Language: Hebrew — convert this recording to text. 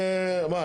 זה, מה?